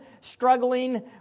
struggling